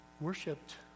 worshipped